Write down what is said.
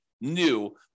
new